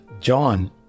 John